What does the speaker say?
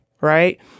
Right